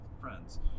friends